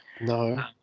No